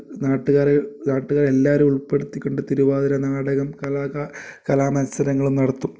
നാട്ടുകാർ നാട്ടുകാർ എല്ലാവരെയും ഉൾപ്പെടുത്തിക്കൊണ്ട് തിരുവാതിര നാടകം കലാ കാ കലാമത്സരങ്ങളും നടത്തും